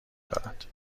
دارد